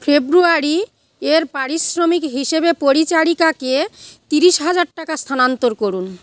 ফেব্রুয়ারি এর পারিশ্রমিক হিসেবে পরিচারিকাকে তিরিশ হাজার টাকা স্থানান্তর করুন